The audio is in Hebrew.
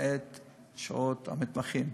את מספר שעות העבודה של המתמחים.